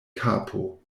kapo